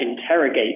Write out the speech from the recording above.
interrogate